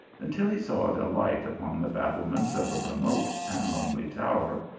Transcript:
until he saw it alight upon the battlements of a remote and lonely tower,